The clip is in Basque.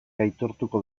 aitortuko